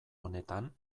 honetan